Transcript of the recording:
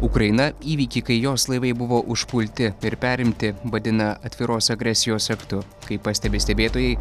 ukraina įvykį kai jos laivai buvo užpulti ir perimti vadina atviros agresijos aktu kaip pastebi stebėtojai